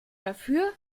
dafür